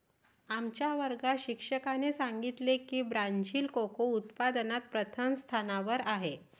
आमच्या वर्गात शिक्षकाने सांगितले की ब्राझील कोको उत्पादनात प्रथम स्थानावर आहे